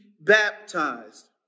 baptized